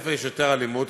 בבתי-הספר יש יותר אלימות,